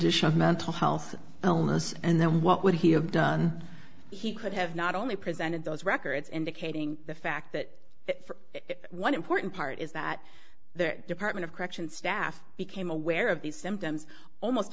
of mental health illness and then what would he have done he could have not only presented those records indicating the fact that one important part is that their department of corrections staff became aware of these symptoms almost